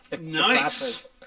Nice